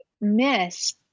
miss